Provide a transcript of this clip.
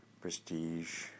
prestige